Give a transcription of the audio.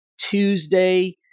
Tuesday